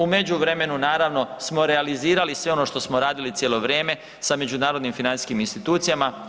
U međuvremenu naravno smo realizirali sve ono što smo radili cijelo vrijeme sa međunarodnim financijskim institucijama.